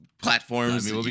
platforms